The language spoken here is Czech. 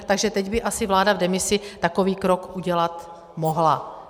Takže teď by asi vláda v demisi takový krok udělat mohla.